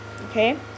Okay